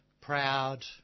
proud